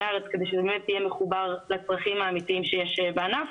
הארץ" כדי שיהיה מחובר לצרכים האמיתיים ששי בענף.